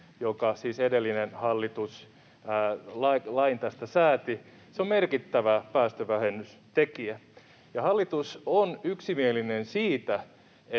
josta siis edellinen hallitus lain sääti, on merkittävä päästövähennystekijä. Hallitus on yksimielinen siitä,